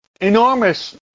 enormous